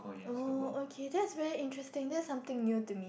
oh okay that's very interesting that's something new to me